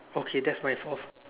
open that's my fourth